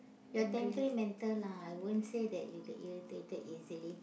you're temperamental lah I won't say that you get irritated easily